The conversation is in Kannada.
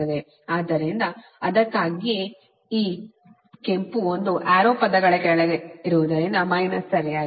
ಆದ್ದರಿಂದ ಅದಕ್ಕಾಗಿಯೇ ಈ ಕೆಂಪು ಒಂದು ಆರೋ ಪದಗಳ ಕೆಳಗೆ ಇರುವುದರಿಂದ ಮೈನಸ್ ಸರಿಯಾಗಿದೆ